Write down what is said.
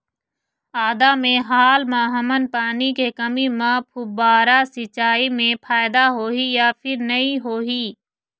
आदा मे हाल मा हमन पानी के कमी म फुब्बारा सिचाई मे फायदा होही या फिर नई होही?